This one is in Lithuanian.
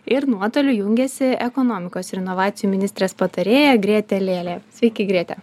ir nuotoliu jungiasi ekonomikos ir inovacijų ministrės patarėja grėtė lėlė sveiki grėte